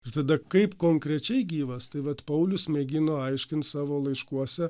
ir tada kaip konkrečiai gyvas tai vat paulius mėgino aiškint savo laiškuose